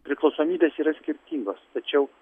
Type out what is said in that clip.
priklausomybės yra skirtingos tačiau